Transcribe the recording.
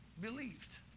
believed